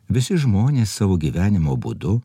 visi žmonės savo gyvenimo būdu